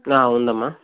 ఉందమ్మా